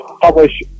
publish